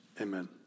amen